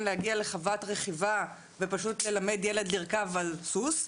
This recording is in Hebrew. להגיע לחוות רכיבה ופשוט ללמד ילד לרכב על סוס,